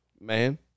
Man